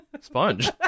Sponge